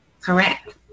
correct